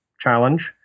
challenge